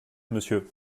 monsieur